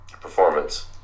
performance